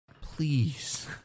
Please